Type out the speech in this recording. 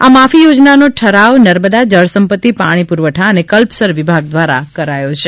આ માફી થોજના નો ઠરાવ નર્મદા જળસંપત્તિ પાણી પુરવઠા અને કલ્પસર વિભાગ દ્વારા કરાયો છે